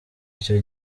icyo